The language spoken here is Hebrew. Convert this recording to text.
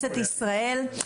בכנסת ישראל.